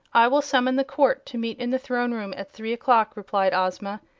i will summon the court to meet in the throne room at three o'clock, replied ozma.